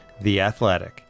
theathletic